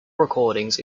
recordings